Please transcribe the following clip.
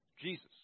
Jesus